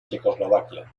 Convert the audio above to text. checoslovaquia